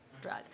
drug